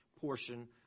portion